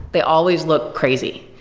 they always look crazy.